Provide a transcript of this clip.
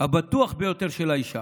הבטוח ביותר של האישה,